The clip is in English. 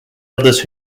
others